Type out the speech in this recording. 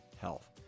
health